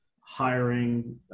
hiring